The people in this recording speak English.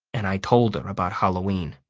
and i told her about halloween.